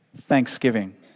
thanksgiving